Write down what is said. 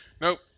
Nope